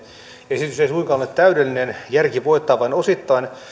esitys ei suinkaan ole täydellinen järki voittaa vain osittain